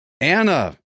Anna